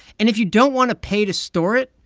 and if you don't want to pay to store it,